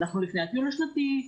אנחנו לפני הטיול השנתי,